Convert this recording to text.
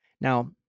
Now